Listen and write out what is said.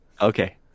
Okay